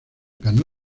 ganó